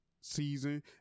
season